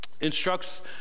Instructs